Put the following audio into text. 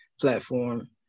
platform